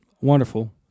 wonderful